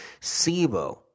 SIBO